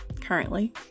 currently